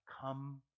come